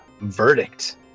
verdict